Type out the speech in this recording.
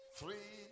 three